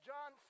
John